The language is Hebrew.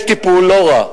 יש טיפול לא רע,